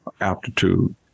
aptitude